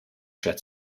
schwer